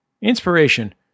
Inspiration